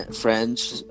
French